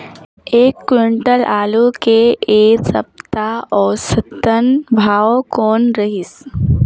एक क्विंटल आलू के ऐ सप्ता औसतन भाव कौन रहिस?